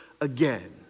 again